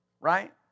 Right